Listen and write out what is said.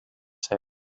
said